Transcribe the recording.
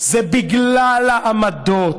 זה בגלל העמדות.